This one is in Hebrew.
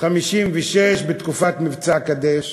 1956 בתקופת מבצע "קדש",